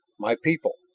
my people!